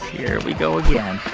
here we go again